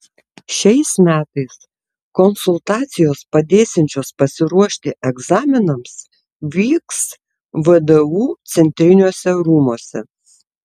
šiais metais konsultacijos padėsiančios pasiruošti egzaminams vyks vdu centriniuose rūmuose